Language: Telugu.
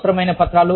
అనవసరమైన పత్రాలు